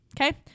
okay